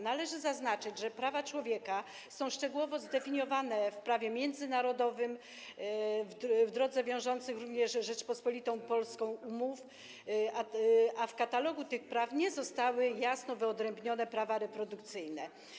Należy zaznaczyć, że prawa człowieka są szczegółowo zdefiniowane w prawie międzynarodowym, w drodze wiążących również Rzeczpospolitą Polską umów, a w katalogu tych praw nie zostały jasno wyodrębnione prawa reprodukcyjne.